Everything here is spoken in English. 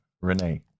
renee